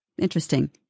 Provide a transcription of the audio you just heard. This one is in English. Interesting